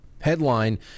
Headline